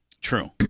True